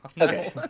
Okay